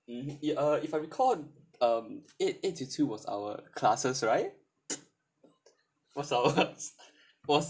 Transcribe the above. mm if uh I recall um eight eight to two was our classes right what's ours was